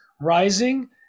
rising